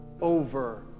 over